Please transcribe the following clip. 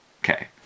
Okay